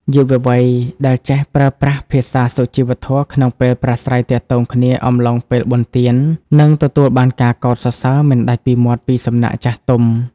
យុវវ័យដែលចេះប្រើប្រាស់ "ភាសាសុជីវធម៌" ក្នុងពេលប្រាស្រ័យទាក់ទងគ្នាអំឡុងពេលបុណ្យទាន នឹងទទួលបានការសរសើរមិនដាច់ពីមាត់ពីសំណាក់ចាស់ទុំ។